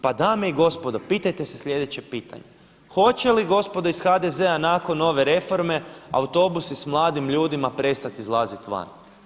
Pa dame i gospodo, pitajte se sljedeće pitanje, hoće li gospodo iz HDZ-a nakon ove reforme autobusi s mladim ljudima prestat izlazit van.